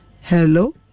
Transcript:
Hello